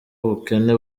ubukene